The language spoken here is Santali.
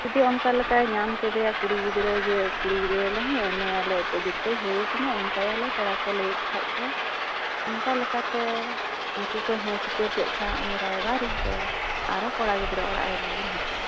ᱡᱩᱫᱤ ᱚᱱᱠᱟ ᱞᱮᱠᱟᱭ ᱧᱟᱢ ᱠᱮᱫᱮᱭᱟ ᱠᱩᱲᱤ ᱜᱤᱫᱽᱨᱟᱹ ᱡᱮ ᱠᱩᱲᱤ ᱜᱤᱫᱽᱨᱟᱹ ᱱᱟᱦᱮ ᱮᱢᱮᱭᱟᱞᱮ ᱩᱯᱡᱩᱠᱛᱚᱭ ᱦᱩᱭ ᱟᱠᱟᱱᱟ ᱮᱢ ᱠᱟᱭᱟᱞᱮ ᱯᱮᱲᱟ ᱠᱚ ᱞᱟᱹᱭᱮᱫ ᱠᱷᱟᱱ ᱫᱚ ᱚᱱᱠᱟ ᱞᱮᱠᱟᱛᱮ ᱩᱱᱠᱩ ᱠᱚ ᱦᱮᱸ ᱥᱤᱠᱟᱹᱨ ᱠᱮᱫ ᱠᱷᱟᱱ ᱩᱱᱤ ᱨᱟᱭᱵᱟᱨᱤᱡ ᱫᱚ ᱟᱨᱚ ᱠᱚᱲᱟ ᱜᱤᱫᱽᱨᱟᱹ ᱚᱲᱟᱜ ᱮᱨᱩᱭᱟᱹᱲ ᱦᱤᱡᱩᱜᱼᱟ